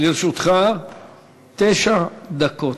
לרשותך תשע דקות.